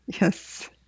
Yes